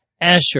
Asher